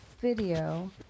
video